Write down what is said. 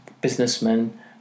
businessmen